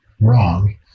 wrong